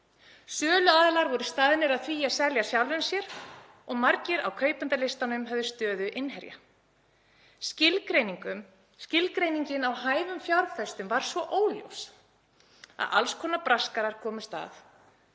Söluaðilar voru staðnir að því að selja sjálfum sér og margir á kaupendalistanum höfðu stöðu innherja. Skilgreiningin á hæfum fjárfestum var svo óljós að alls konar braskarar komust að.